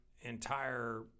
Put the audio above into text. entire